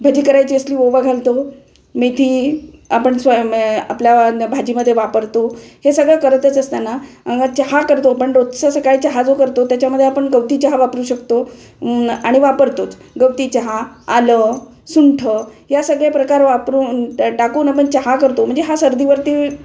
भजी करायची असली ओवा घालतो मेथी आपण स्वय आपल्या भाजीमध्ये वापरतो हे सगळं करतच असताना चहा करतो पण रोजचा असं काय चहा जो करतो त्याच्यामध्ये आपण गवती चहा वापरू शकतो आणि वापरतोच गवती चहा आलं सुंठ या सगळ्या प्रकार वापरून ट टाकून आपण चहा करतो म्हणजे हा सर्दीवरती